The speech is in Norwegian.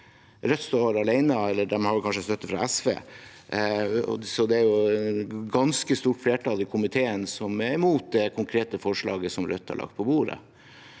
Rødt står alene – eller de har kanskje støtte fra SV. Det er et ganske stort flertall i komiteen som er imot det konkrete forslaget som Rødt har lagt på bordet.